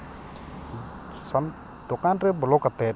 ᱥᱚᱢ ᱫᱚᱠᱟᱱ ᱨᱮ ᱵᱚᱞᱚ ᱠᱟᱛᱮ